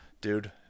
dude